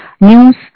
news